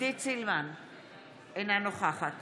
אינה נוכחת